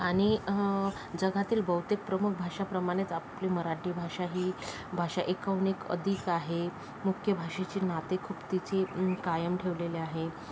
आणि जगातील बहुतेक प्रमुख भाषाप्रमाणेच आपली मराठी भाषाही भाषा एकाहून एक अधिक आहे मुख्य भाषेचे नाते खूप तिचे कायम ठेवलेले आहे